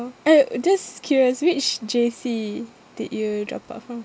oh just curious which J_C did you drop out from